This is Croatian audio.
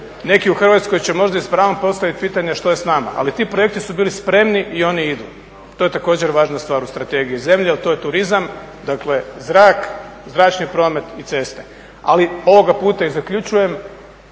Neki u Hrvatskoj će možda i s pravom postaviti pitanje a što je s nama, ali ti projekti su bili spremni i oni idu. To je također važna stvar u strategiji. Zemlja, a to je turizam, dakle zrak, zračni promet i ceste. Ali ovoga puta i zaključujem